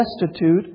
destitute